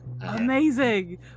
Amazing